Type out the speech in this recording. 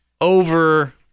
over